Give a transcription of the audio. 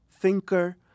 thinker